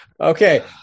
Okay